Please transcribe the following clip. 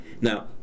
Now